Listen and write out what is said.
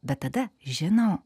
bet tada žinau